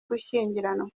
gushyingiranwa